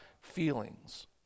feelings